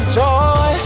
joy